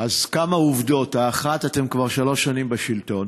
אז כמה עובדות: האחת, אתם כבר שלוש שנים בשלטון